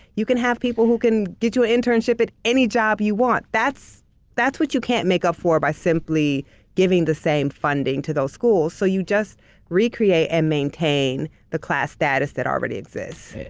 you can have people who can get you ah internship at any job you want. that's that's what you can't make up for by simply giving the same funding to those schools, so you just recreate and maintain the class status that already exist.